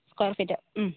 square feet ഉം